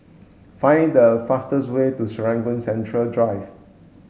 find the fastest way to Serangoon Central Drive